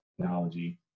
technology